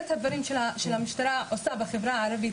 את הדברים שהמשטרה עושה בחברה הערבית.